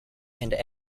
and